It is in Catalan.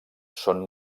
són